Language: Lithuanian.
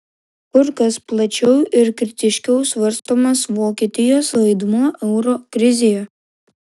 kur kas plačiau ir kritiškiau svarstomas vokietijos vaidmuo euro krizėje